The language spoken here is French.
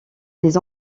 des